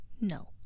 No